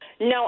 No